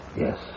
yes